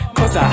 Cause